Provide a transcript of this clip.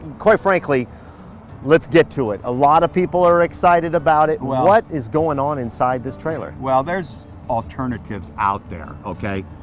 quite frankly let's get to it a lot of people are excited about it. what is going on inside this trailer? well, there's alternatives out there okay?